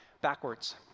backwards